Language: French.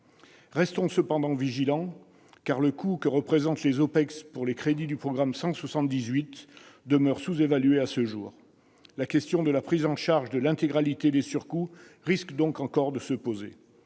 Restons néanmoins vigilants, car le coût des OPEX pour les crédits du programme 178 demeure sous-évalué à ce jour. La question de la prise en charge de l'intégralité des surcoûts risque donc encore de se poser.